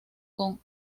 con